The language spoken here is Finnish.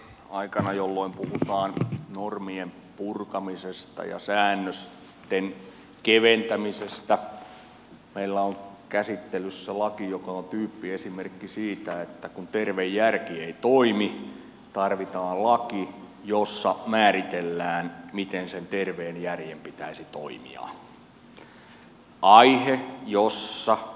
aikana jolloin puhutaan normien purkamisesta ja säännösten keventämisestä meillä on käsittelyssä laki joka on tyyppiesimerkki siitä että kun terve järki ei toimi tarvitaan laki jossa määritellään miten sen terveen järjen pitäisi toimia